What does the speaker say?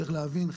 צריך להבין,